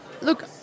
Look